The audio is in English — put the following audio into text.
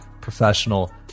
professional